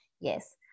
yes